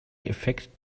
effekt